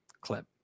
clip